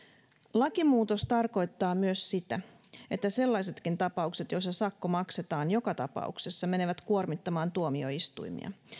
lakimuutos tarkoittaa myös sitä että sellaisetkin tapaukset joissa sakko maksetaan joka tapauksessa menevät kuormittamaan tuomioistuimia